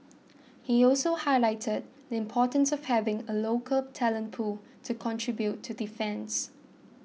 he also highlighted the importance of having a local talent pool to contribute to defence